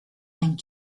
and